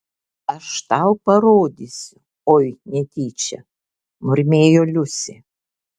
aš tau parodysiu oi netyčia murmėjo liusė